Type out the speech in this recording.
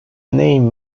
name